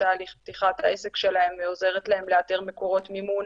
בתהליך פתיחת העסק שלהם ועוזרת להם לאתר מקורות מימון